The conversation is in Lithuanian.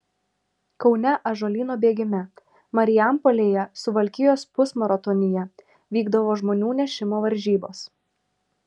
kaune ąžuolyno bėgime marijampolėje suvalkijos pusmaratonyje vykdavo žmonų nešimo varžybos